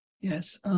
Yes